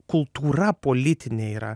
kultūra politinė yra